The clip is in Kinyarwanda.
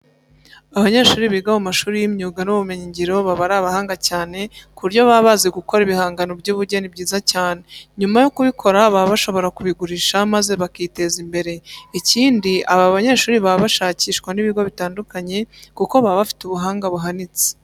Abanyeshuri biga mu mashuri y'imyuga n'ubumenyingiro baba ari abahanga cyane ku buryo baba bazi gukora ibihangano by'ubugeni byiza cyane. Nyuma yo kubikora baba bashobora kubigurisha maze bakiteza imbere. Ikindi, aba banyeshuri baba bashakishwa n'ibigo bitandukanye kuko baba bafite ubuhanga buhanitse.